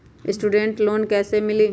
Student loan कैसे मिली?